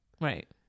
right